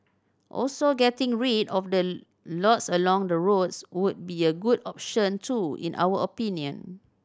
also getting rid of the lots along the roads would be a good option too in our opinion